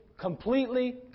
completely